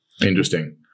Interesting